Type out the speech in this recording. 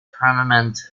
prominent